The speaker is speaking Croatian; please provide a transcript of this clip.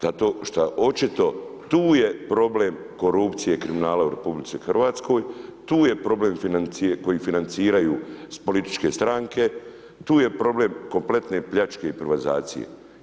Zato što očito tu je problem korupcije i kriminala u RH, tu je problem koji financiraju političke stranke, tu je problem kompletne pljačke i privatizacije.